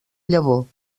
llavor